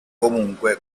comunque